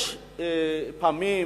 יש פעמים